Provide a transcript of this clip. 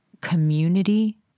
community